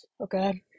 okay